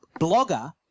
Blogger